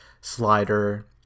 slider